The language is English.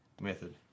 method